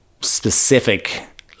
specific